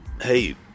hey